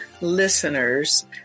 listeners